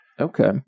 Okay